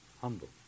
humble